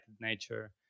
nature